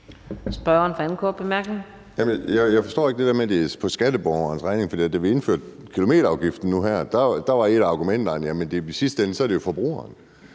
Jeg forstår ikke det der med, at det er på skatteborgernes regning, for da kilometerafgiften blev indført nu her, var et af argumenterne, at det i sidste ende er forbrugeren,